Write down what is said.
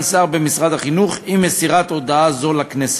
שר במשרד החינוך עם מסירת הודעה זו לכנסת.